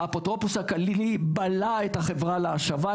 האפוטרופוס הכללי בלע את החברה להשבה,